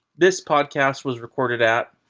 this podcast was recorded at.